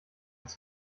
was